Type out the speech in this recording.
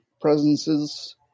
presences